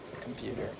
computer